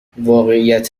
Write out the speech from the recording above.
واقعیت